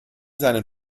seinen